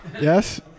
Yes